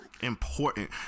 Important